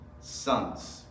sons